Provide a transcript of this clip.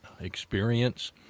experience